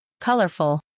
Colorful